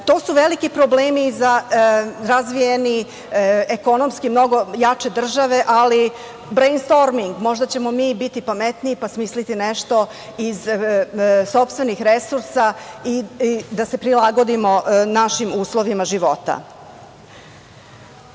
su veliki problemi za razvijeniji ekonomski mnogo jače države, ali „brejn storm“ možda ćemo mi biti pametniji, pa smisliti nešto iz sopstvenih resursa i da se prilagodimo našim uslovima